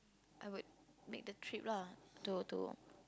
I would make the trip lah to to